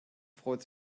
freut